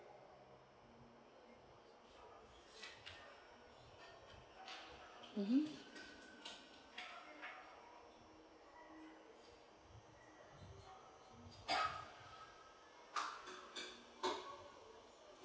mmhmm